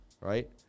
right